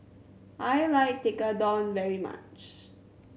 I like Tekkadon very much